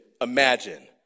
imagine